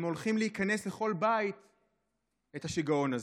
והם הולכים להכניס לכל בית את השיגעון הזה,